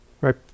Right